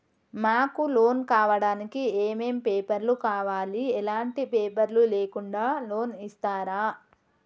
మాకు లోన్ కావడానికి ఏమేం పేపర్లు కావాలి ఎలాంటి పేపర్లు లేకుండా లోన్ ఇస్తరా?